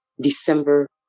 December